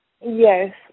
Yes